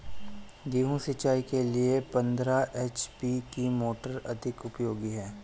गेहूँ सिंचाई के लिए पंद्रह एच.पी की मोटर अधिक उपयोगी है?